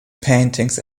paintings